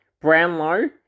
Brownlow